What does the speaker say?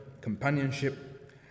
companionship